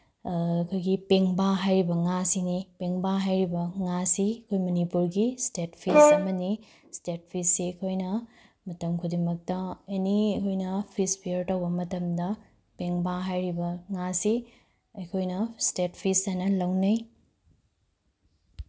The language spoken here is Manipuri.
ꯑꯩꯈꯣꯏꯒꯤ ꯄꯦꯡꯕꯥ ꯍꯥꯏꯔꯤꯕ ꯉꯥꯁꯤꯅꯤ ꯄꯦꯡꯕꯥ ꯍꯥꯏꯔꯤꯕ ꯉꯥꯁꯤ ꯑꯩꯈꯣꯏ ꯃꯅꯤꯄꯨꯔꯒꯤ ꯏꯁꯇꯦꯠ ꯐꯤꯁ ꯑꯃꯅꯤ ꯏꯁꯇꯦꯠ ꯐꯤꯁꯁꯤ ꯑꯩꯈꯣꯏꯅ ꯃꯇꯝ ꯈꯨꯗꯤꯡꯃꯛꯇ ꯑꯦꯅꯤ ꯑꯩꯈꯣꯏꯅ ꯐꯤꯁ ꯐꯤꯌꯔ ꯇꯧꯕ ꯃꯇꯝꯗ ꯄꯦꯡꯕꯥ ꯍꯥꯏꯔꯤꯕ ꯉꯥꯁꯤ ꯑꯩꯈꯣꯏꯅ ꯏꯁꯇꯦꯠ ꯐꯤꯁ ꯍꯥꯏꯅ ꯂꯧꯖꯩ